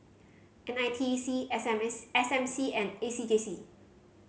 N I T E C S M S S M C and A C J C